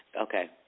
Okay